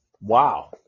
Wow